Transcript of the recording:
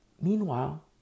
Meanwhile